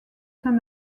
saint